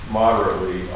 moderately